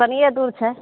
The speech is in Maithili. कनिए दूर छै